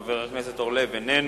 חבר הכנסת איננו,